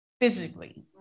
physically